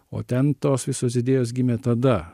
o ten tos visos idėjos gimė tada